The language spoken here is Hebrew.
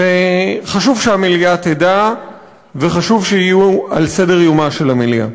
שחשוב שהמליאה תדע וחשוב שיהיו על סדר-יומה של המליאה.